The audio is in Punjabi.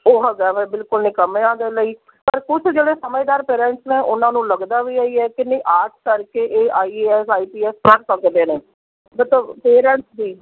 ਉਹ ਹੈਗਾ ਵਾ ਬਿਲਕੁਲ ਨਿਕੰਮਿਆਂ ਦੇ ਲਈ ਪਰ ਕੁਛ ਜਿਹੜੇ ਸਮਝਦਾਰ ਪੇਰੇਂਟਸ ਨੇ ਉਹਨਾਂ ਨੂੰ ਲੱਗਦਾ ਵੀ ਇਹੀ ਹੈ ਕਿ ਨਹੀਂ ਆਰਟਸ ਕਰਕੇ ਇਹ I A S I P S ਬਣ ਸਕਦੇ ਨੇ ਮਤਲਬ ਪੇਰੇਂਟਸ ਵੀ